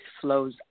flows